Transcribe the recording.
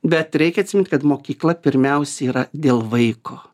bet reikia atsimint kad mokykla pirmiausia yra dėl vaiko